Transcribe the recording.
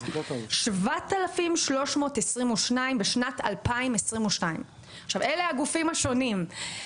7,322 בשנת 2022. אלה הגופים השונים.